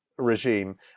regime